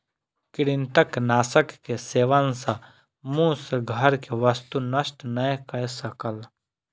कृंतकनाशक के सेवन सॅ मूस घर के वस्तु नष्ट नै कय सकल